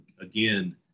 again